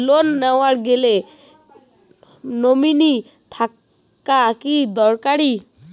Loan নেওয়ার গেলে nominee থাকা কি দরকারী?